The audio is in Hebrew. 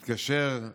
התקשר,